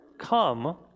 come